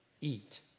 eat